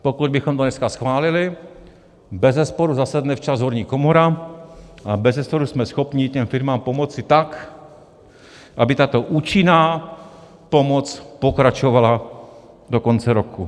Pokud bychom to dneska schválili, bezesporu zasedne včas horní komora a bezesporu jsme schopni těm firmám pomoci tak, aby tato účinná pomoc pokračovala do konce roku.